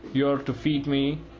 you're to feed me,